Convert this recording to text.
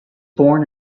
born